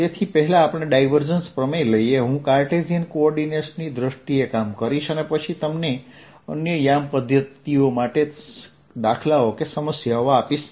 તેથી પહેલા આપણે ડાયવર્જન્સ પ્રમેય લઈએ હું કાર્ટેશિયન કોઓર્ડિનેટ્સની દ્રષ્ટિએ કામ કરીશ અને પછી તમને અન્ય યામ પધ્ધતિઓ માટે દાખલાઓ કે સમસ્યાઓ આપીશ